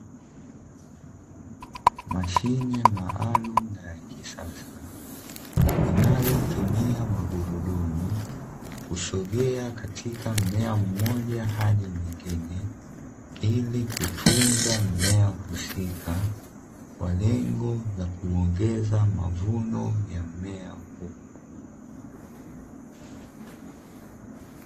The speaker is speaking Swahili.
Mashine maalumu na ya kisasa, inayotumia magurudumu kusogea katika mmea mmoja hadi mwingine, ili kutunza mmea husika kwa lengo la kuongeza mavuno ya mmea huo.